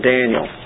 Daniel